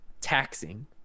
taxing